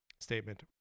statement